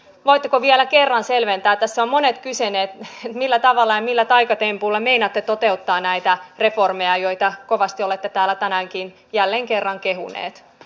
voitteko vielä kerran selventää kun tässä ovat monet kysyneet millä tavalla ja millä taikatempuilla meinaatte toteuttaa näitä reformeja joita kovasti olette täällä tänäänkin jälleen kerran kehuneet